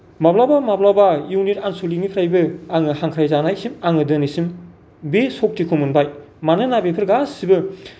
माब्लाबा माब्लाबा इउनित आन्स'लिक निफ्रायबो आङो हांख्रायजानायसिम आङो दिनैसिम बे शक्तिखौ मोनबाय मानोना बेफोर गासैबो